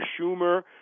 Schumer